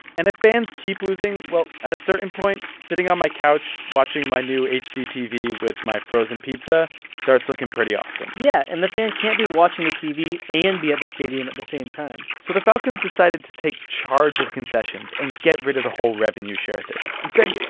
and if fans keep losing well, at a certain point, sitting on my couch, watching my new hdtv with my frozen pizza starts looking pretty awesome yeah. and the fan can't be watching the tv and be at the stadium at the same time so the falcons decided to take charge of concessions and get rid of the whole revenue-share thing. instead,